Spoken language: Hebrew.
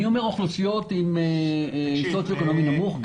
אוכלוסיות במעמד סוציו-אקונומי נמוך,